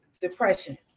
depression